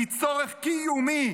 הן צורך קיומי,